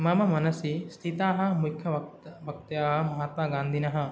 मम मनसि स्थिताः मुख्यवक्त वक्तयः महात्मगान्धिनः